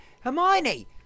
Hermione